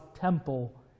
temple